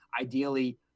ideally